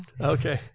Okay